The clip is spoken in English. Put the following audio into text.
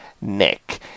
Nick